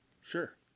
Sure